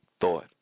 Thought